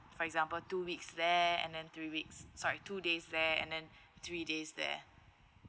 for example two weeks there and then three weeks sorry two days there and then three days there